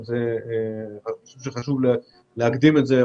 אני חושב שחשוב להקדים את זה.